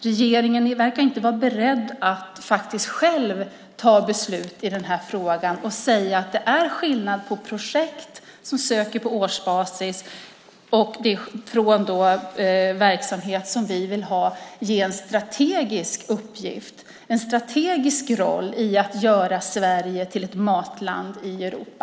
Regeringen verkar inte vara beredd att själv ta beslut i frågan och säga att det är skillnad mellan projekt som söker på årsbasis och verksamheter som vi vill ge en strategisk uppgift och roll i att göra Sverige till ett matland i Europa.